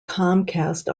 comcast